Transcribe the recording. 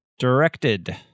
Directed